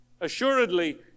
Assuredly